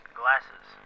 glasses